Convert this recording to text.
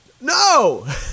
no